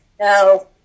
no